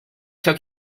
took